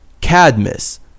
Cadmus